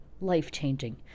life-changing